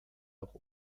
auch